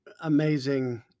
amazing